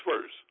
first